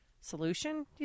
solution